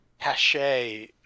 cachet